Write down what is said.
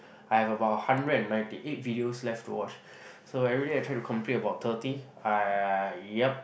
I have about hundred and ninety eight videos left to watch so everyday I try to complete about thirty uh yup